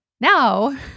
Now